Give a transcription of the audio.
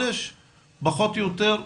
פחות או יותר,